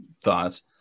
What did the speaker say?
thoughts